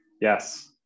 Yes